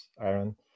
Aaron